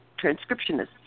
transcriptionists